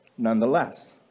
nonetheless